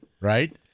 Right